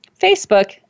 Facebook